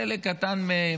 חלק קטן מהם,